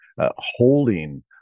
Holding